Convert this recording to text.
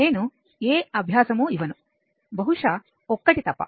నేను ఏ అభ్యాసము ఇవ్వను బహుశా ఒక్కటి తప్ప